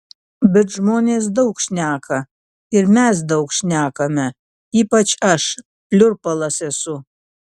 bet žmonės daug šneka ir mes daug šnekame ypač aš pliurpalas esu